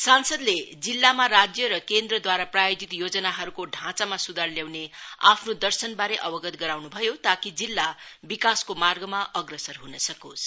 संसादले जिल्लामा राज्य र केन्द्रद्वारा प्रायोजित योजनाहरूको ढाँचामा सुधार ल्याउने आफ्नो दर्शनबारे अवगत गराउनु भयो ताकि जिल्ला विकासको मार्गमा अग्रसर हुन सकोस्